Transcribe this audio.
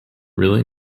really